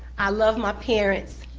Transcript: i love my parents,